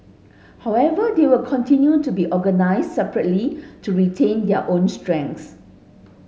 however they will continue to be organised separately to retain their own strengths